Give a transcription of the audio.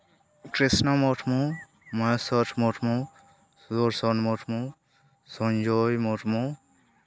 Krishna Murmu Maheshwar Murmu Sudarshan Murmu Sanjay Murmu